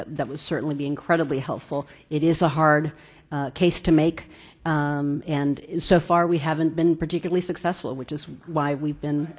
that would certainly be incredibly helpful. it is a hard case to make and so far we haven't been particularly successful which is why we've been